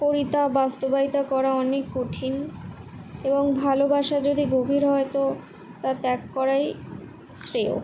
করি তা বাস্তবায়িত করা অনেক কঠিন এবং ভালোবাসা যদি গভীর হয় তো তা ত্যাগ করাই শ্রেয়